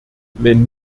wenn